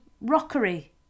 rockery